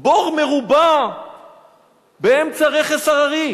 בור מרובע באמצע רכס הררי.